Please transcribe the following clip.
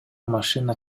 машина